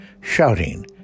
shouting